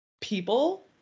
People